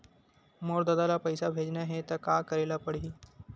मोर ददा ल पईसा भेजना हे त का करे ल पड़हि?